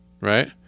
right